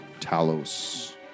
Talos